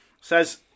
says